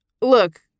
Look